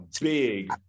big